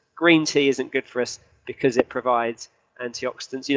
green tea isn't good for us because it provides antioxidants, yeah